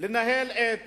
לנהל את